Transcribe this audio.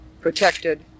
protected